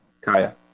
Kaya